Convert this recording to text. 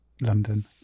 London